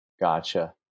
Gotcha